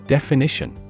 Definition